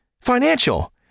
financial